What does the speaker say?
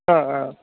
ஆ ஆ